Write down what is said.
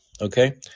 Okay